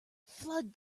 flood